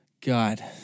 God